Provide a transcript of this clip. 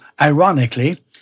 ironically